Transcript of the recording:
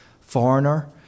foreigner